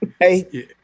Hey